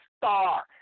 star